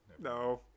No